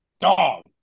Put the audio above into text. Dog